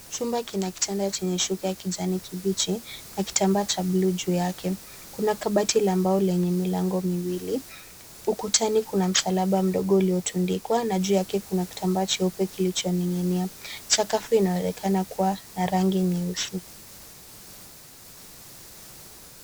Chumba kina kitanda yenye shuka kijani kibichi na kitambaa cha bluu juu yake. Kuna kabati la mbao lenye milango miwili. Ukutani kuna msalaba mdogo uliotundikwa na juu yake kuna kitambaa cheupe kilichoning'inia. Sakafu inaonekana kuwa na rangi nyeusi.